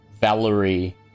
Valerie